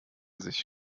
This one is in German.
sich